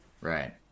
Right